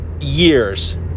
Years